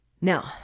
Now